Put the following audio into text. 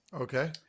okay